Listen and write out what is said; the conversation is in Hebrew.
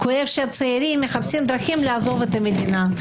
כואב לי שהצעירים מחפשים דרכים לעזוב את המדינה.